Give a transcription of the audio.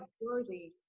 worthy